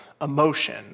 emotion